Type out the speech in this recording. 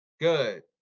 Good